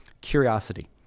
Curiosity